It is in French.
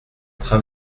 train